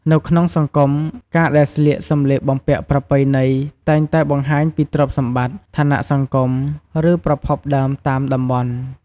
នៅក្នុងសង្គម ការដែលស្លៀកសម្លៀកបំពាក់ប្រពៃណីតែងតែបង្ហាញពីទ្រព្យសម្បត្តិ ឋានៈសង្គម ឬប្រភពដើមតាមតំបន់។